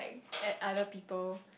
at other people